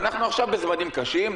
אנחנו עכשיו בזמנים קשים,